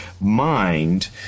mind